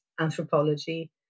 anthropology